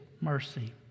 mercy